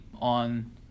on